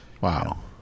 Wow